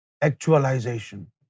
actualization